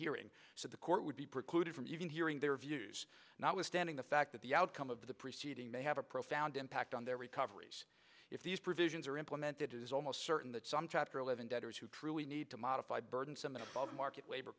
hearing so the court would be precluded from even hearing their views notwithstanding the fact that the outcome of the preceding may have a profound impact on their recoveries if these provisions are implemented it is almost certain that some chapter eleven debtors who truly need to modify burdensome and above market labor